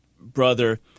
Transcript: brother